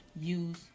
use